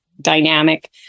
Dynamic